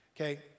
Okay